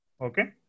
okay